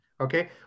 Okay